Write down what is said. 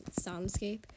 soundscape